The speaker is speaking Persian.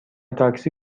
تاکسی